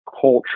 culture